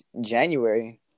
January